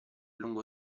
lungo